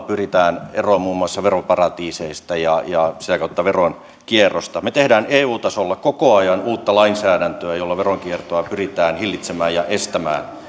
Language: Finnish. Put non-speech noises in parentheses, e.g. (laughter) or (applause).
(unintelligible) pyritään eroon muun muassa veroparatiiseista ja ja sitä kautta veronkierrosta me teemme eu tasolla koko ajan uutta lainsäädäntöä jolla veronkiertoa pyritään hillitsemään ja estämään (unintelligible)